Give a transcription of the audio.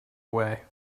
away